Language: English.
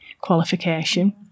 qualification